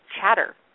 chatter